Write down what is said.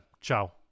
ciao